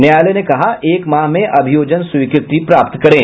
न्यायालय ने कहा एक माह में अभियोजन स्वीकृति प्राप्त करें